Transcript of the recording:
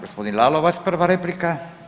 Gospodin Lalovac prva replika.